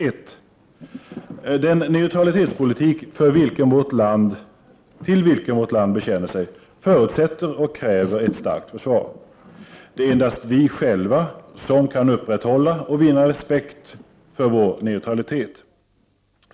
För det första förutsätter och kräver den neutralitetspolitik, till vilken vårt land bekänner sig, ett starkt försvar. Det är endast vi själva som kan upprätthålla och vinna respekt för vår neutralitet.